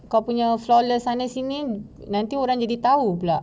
kau punya flawless sana sini nanti orang jadi tahu juga